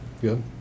Good